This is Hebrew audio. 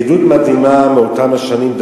עדות מדהימה מאותן השנים,